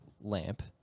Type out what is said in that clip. lamp